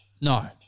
No